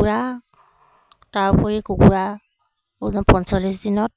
কুকুৰা তাৰ উপৰি কুকুৰা ওজ পঞ্চল্লিছ দিনত